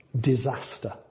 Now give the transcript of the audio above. disaster